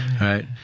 right